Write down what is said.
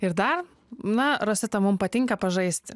ir dar na rosita mum patinka pažaisti